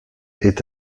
est